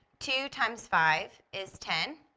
two times five is ten,